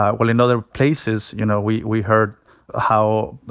while in other places, you know, we we heard how,